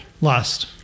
Lost